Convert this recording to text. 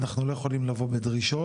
אנחנו לא יכולים לבוא בדרישות,